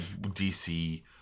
DC